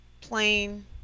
plain